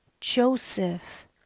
Joseph